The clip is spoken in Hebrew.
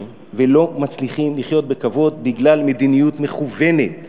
ולא מצליחים לחיות בכבוד בגלל מדיניות מכוונת,